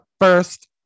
first